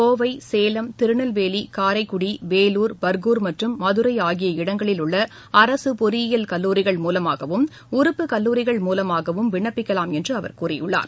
கோவை சேலம் திருநெல்வேலி காரைக்குடி வேலூர் பர்கூர் மற்றும் மதுரைஆகிய இடங்களில் உள்ளஅரசுபொறியியல் கல்லூரிகள் மூலமாகவும் உறுப்பு கல்லூரிகள் மூலமாகவும் விண்ணப்பிக்கலாம் என்றுஅவர் கூறியுள்ளார்